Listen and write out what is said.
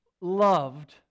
loved